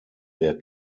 der